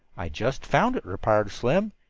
i just found it, replied slim.